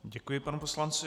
Děkuji panu poslanci.